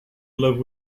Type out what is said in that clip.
love